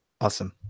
Awesome